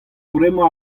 bremañ